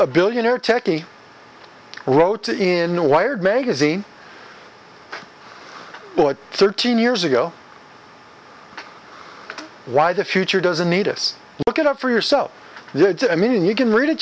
a billionaire techie wrote in a wired magazine thirteen years ago why the future doesn't need us look it up for yourself i mean you can read it